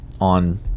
on